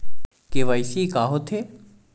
KYC का होथे?